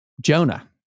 Jonah